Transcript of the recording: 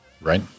Right